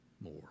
more